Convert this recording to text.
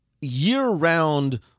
year-round